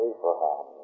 Abraham